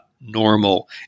normal